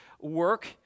work